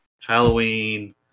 Halloween